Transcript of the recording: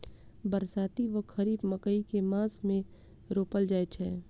बरसाती वा खरीफ मकई केँ मास मे रोपल जाय छैय?